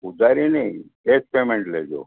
ઊધારી નહીં cash payment લેજો